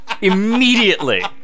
immediately